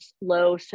low